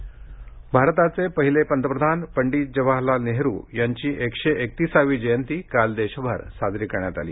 बालदिन भारताचे पहिले पंतप्रधान पंडित जवाहरलाल नेहरु यांची एकशे एकतीसावी जयंती काल देशभर साजरी करण्यात आली